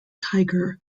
tiger